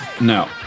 no